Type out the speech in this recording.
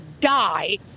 die